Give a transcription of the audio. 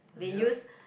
they use